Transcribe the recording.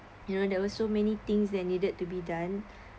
you know there was so many things that needed to be done